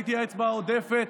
הייתי האצבע העודפת